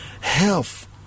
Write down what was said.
health